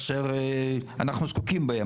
אשר אנחנו זקוקים בהן,